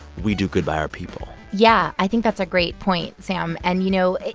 we do good by our people? yeah, i think that's a great point, sam. and, you know,